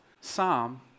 Psalm